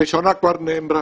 הראשונה כבר נאמרה,